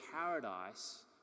paradise